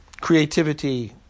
Creativity